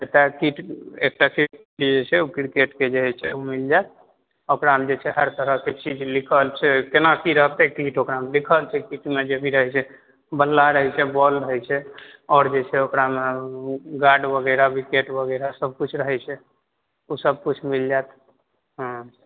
एकटा किट एकटा किट जे छै से ओ क्रिकेट के जे होइ छै ओ मिल जायत ओकरामे जे छै हर तरह के चीज लिखल छै केना की रहतै की से ओकरामे लिखल छै किटमे जे भी रहै छै बल्ला रहै छै बॉल रहै छै आओर जे छै ओकरामे गार्ड वगैरह विकेट वगैरह सब किछु रहै छै ओ सब किछु मिल जायत